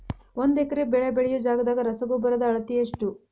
ಒಂದ್ ಎಕರೆ ಬೆಳೆ ಬೆಳಿಯೋ ಜಗದಾಗ ರಸಗೊಬ್ಬರದ ಅಳತಿ ಎಷ್ಟು?